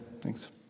thanks